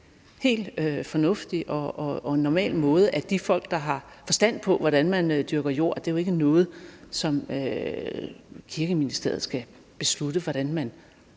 en fornuftig og normal måde af de folk, der har forstand på, hvordan man dyrker jorden. Det er jo ikke noget, som Kirkeministeriet skal beslutte, hverken når